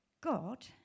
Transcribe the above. God